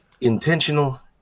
intentional